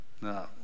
No